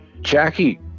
Jackie